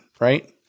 right